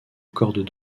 cordes